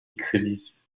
kriz